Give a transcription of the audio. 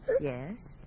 Yes